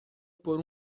por